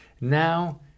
Now